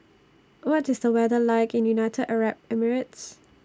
What IS The weather like in United Arab Emirates